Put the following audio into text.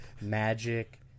Magic